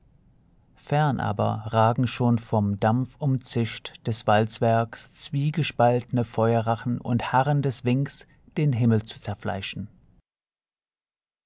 fern aber ragen schon vom dampf umzischt des walzwerks zwiegespaltne feuerrachen und harren des winks den himmel zu zerfleischen